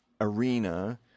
arena